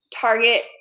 target